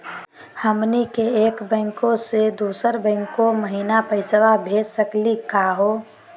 हमनी के एक बैंको स दुसरो बैंको महिना पैसवा भेज सकली का हो?